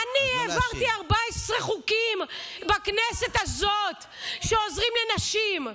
אני העברתי 14 חוקים בכנסת הזאת שעוזרים לנשים,